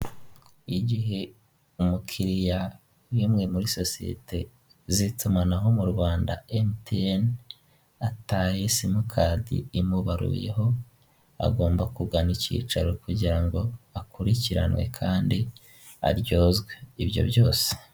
Igihe umukiliya w'imwe muri sosiyete z'itumanaho mu Rwanda emutiyene, ataye simukadi imubaruyeho agomba kugana icyicaro kugira ngo akurikiranwe kandi aryozwe ibyo byose.